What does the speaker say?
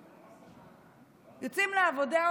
יוצאים לעבודה,